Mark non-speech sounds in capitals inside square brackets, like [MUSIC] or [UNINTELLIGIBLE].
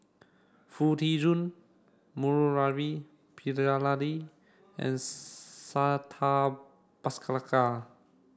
Foo Tee Jun Murali Pillai and [UNINTELLIGIBLE] Santha Bhaskar